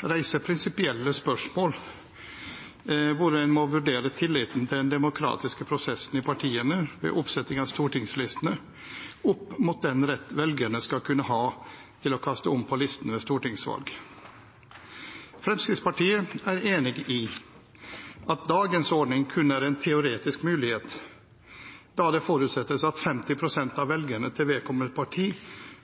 reiser prinsipielle spørsmål hvor en må vurdere tilliten til den demokratiske prosessen i partiene ved oppsetting av stortingslistene opp mot den rett velgerne skal kunne ha til å kaste om på listene ved stortingsvalg. Fremskrittspartiet er enig i at dagens ordning kun er en teoretisk mulighet, da det forutsettes at 50 pst. av velgerne til vedkommende parti